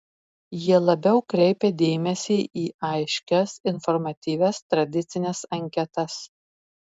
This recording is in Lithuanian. jie labiau kreipia dėmesį į aiškias informatyvias tradicines anketas